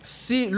si